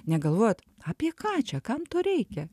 negalvojot apie ką čia kam to reikia